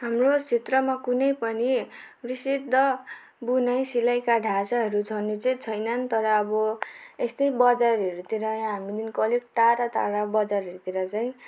हाम्रो क्षेत्रमा कुनै पनि विशुद्ध बुनाइ सिलाइका ढाँचाहरू छनु चाहिँ छैनन् तर अब यस्तै बजारहरूतिर हामीदेखि अलिक टाढा टाढा बजारहरूतिर चाहिँ